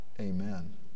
Amen